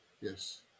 Yes